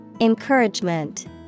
Encouragement